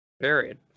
Period